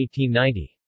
1890